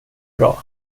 bra